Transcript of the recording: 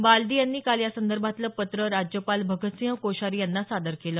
बालदी यांनी या संदर्भातलं पत्र काल राज्यपाल भगतसिंह कोश्यारी यांना सादर केलं